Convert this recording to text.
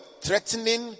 threatening